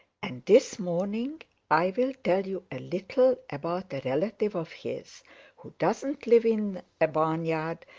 and this morning i will tell you a little about a relative of his who doesn't live in a barnyard,